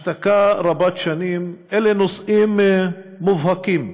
השתקה רבת שנים, אלה נושאים מובהקים